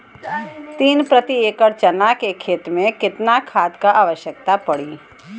तीन प्रति एकड़ चना के खेत मे कितना खाद क आवश्यकता पड़ी?